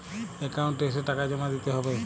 Account এসে টাকা জমা দিতে হবে?